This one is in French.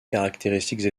caractéristiques